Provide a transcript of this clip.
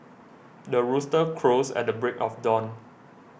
the rooster crows at the break of dawn